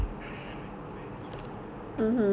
then that time I go buy the Switch with you right